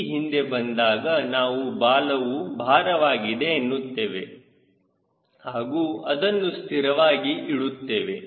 G ಹಿಂದೆ ಬಂದಾಗ ನಾವು ಬಾಲವು ಭಾರವಾಗಿದೆ ಎನ್ನುತ್ತೇವೆ ಹಾಗೂ ಅದನ್ನು ಸ್ಥಿರವಾಗಿ ಇಡುತ್ತೇವೆ